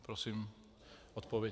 Prosím o odpověď.